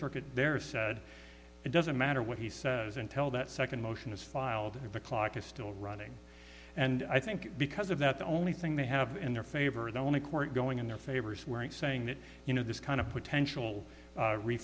circuit there said it doesn't matter what he says until that second motion is filed the clock is still running and i think because of that the only thing they have in their favor the only court going in their favor is wearing saying that you know this kind of potential